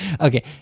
Okay